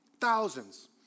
Thousands